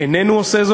איננו עושה זאת.